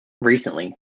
recently